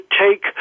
take